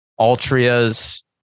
Altria's